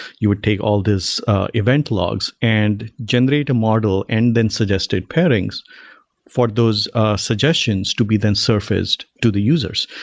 you would take all these event logs and generate a model and then suggested pairings for those suggestions to be then surfaced to the users.